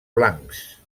blancs